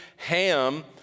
ham